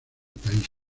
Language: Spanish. país